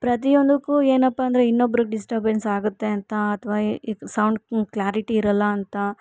ಪ್ರತಿಯೊಂದಕ್ಕೂ ಏನಪ್ಪ ಅಂದರೆ ಇನ್ನೊಬ್ರಿಗೆ ಡಿಸ್ಟರ್ಬೆನ್ಸಾಗುತ್ತೆ ಅಂತ ಅಥ್ವಾ ಇದು ಸೌಂಡ್ ಕ್ಲ್ಯಾರಿಟಿ ಇರೋಲ್ಲ ಅಂತ